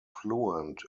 fluent